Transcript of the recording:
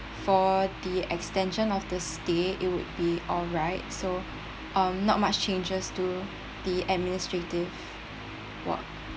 for the extension of the stay it would be alright so um not much changes to the administrative work